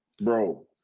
Bro